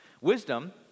Wisdom